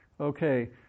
okay